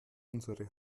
unsere